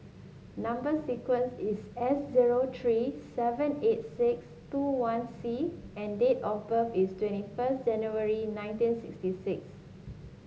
number sequence is S zero three seven eight six two one C and date of birth is twenty first January nineteen sixty six